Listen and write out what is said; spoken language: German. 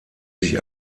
sich